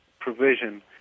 provision